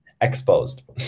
exposed